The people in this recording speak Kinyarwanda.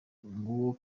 nguwo